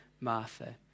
Martha